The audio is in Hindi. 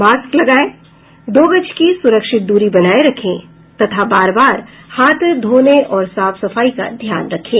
मास्क लगायें दो गज की सुरक्षित दूरी बनाये रखें तथा बार बार हाथ धोने और साफ सफाई का ध्यान रखें